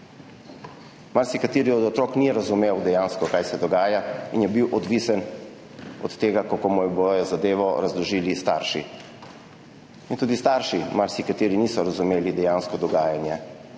Marsikateri od otrok ni razumel, kaj se dogaja, in je bil odvisen od tega, kako mu bodo zadevo razložili starši. In tudi marsikateri starši niso razumeli dejanskega dogajanja.